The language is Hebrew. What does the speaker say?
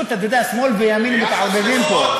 יודע, שמאל וימין מתערבבים פה.